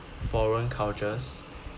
foreign cultures